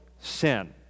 sin